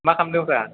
मा खालामदोंब्रा